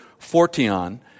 fortion